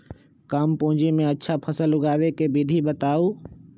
कम पूंजी में अच्छा फसल उगाबे के विधि बताउ?